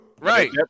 Right